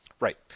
Right